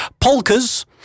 Polka's